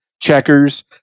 Checkers